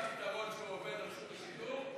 פתרון והוא עובד רשות השידור,